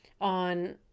on